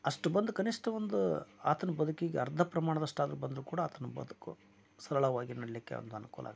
ಅಷ್ಟು ಬಂದು ಕನಿಷ್ಠ ಒಂದು ಆತನ ಬದುಕಿಗೆ ಅರ್ಧ ಪ್ರಮಾಣದಷ್ಟು ಆದರೂ ಬಂದರು ಕೂಡ ಆತನ ಬದುಕು ಸರಳವಾಗಿ ನಡೀಲಿಕ್ಕೆ ಒಂದು ಅನುಕೂಲ ಆಗುತ್ತೆ